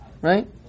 Right